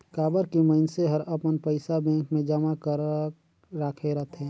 काबर की मइनसे हर अपन पइसा बेंक मे जमा करक राखे रथे